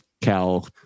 Cal